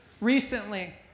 recently